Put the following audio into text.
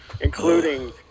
including